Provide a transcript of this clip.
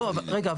רגע.